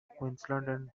queensland